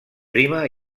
prima